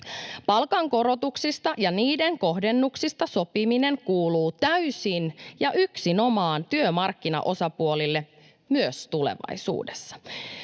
Palkankorotuksista ja niiden kohdennuksista sopiminen kuuluu täysin ja yksinomaan työmarkkinaosapuolille myös tulevaisuudessa.